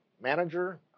manager